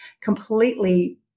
completely